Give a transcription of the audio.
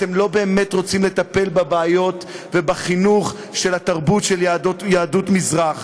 אתם לא באמת רוצים לטפל בבעיות ובחינוך של נושא התרבות של יהדות מזרח.